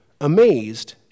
amazed